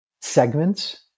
segments